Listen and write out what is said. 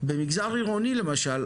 במגזר עירוני למשל,